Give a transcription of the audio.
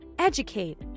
educate